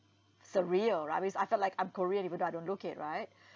surreal right I mean I feel like I'm korean even though I don't look it right